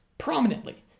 Prominently